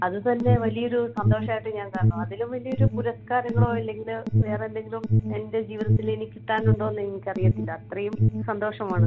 അത് തന്നെ വലിയൊരു സന്തോഷമായിട്ട് ഞാൻ കാണുന്നു അതിലും വലിയൊരു പുരസ്ക്കാരങ്ങളോ അല്ലെങ്കിൽ വേറെ എന്തെങ്കിലും എൻ്റെ ജീവിതത്തിൽ ഇനി കിട്ടാൻ ഉണ്ടോ എന്ന് എനിക്കറിയത്തില്ല അത്രയും സന്തോഷമാണ്